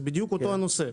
זה בדיוק אותו הנושא.